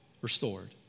restored